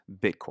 bitcoin